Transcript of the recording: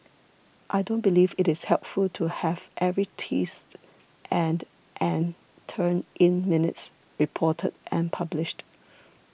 I don't believe it is helpful to have every twist and and turn in minutes reported and published